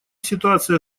ситуация